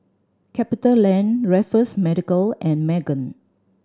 CapitaLand Raffles Medical and Megan